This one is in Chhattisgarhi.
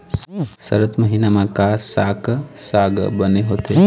सरद महीना म का साक साग बने होथे?